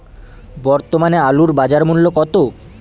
বর্তমানে আলুর বাজার মূল্য কত?